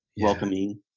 welcoming